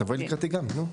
תבואי לקראתי גם, נו.